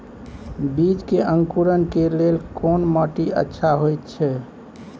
बीज के अंकुरण के लेल कोन माटी अच्छा होय छै?